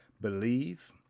believe